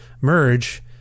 Merge